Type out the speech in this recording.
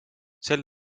sel